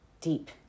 deep